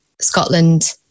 Scotland